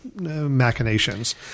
machinations